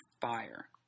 fire